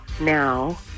now